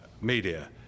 media